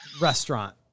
restaurant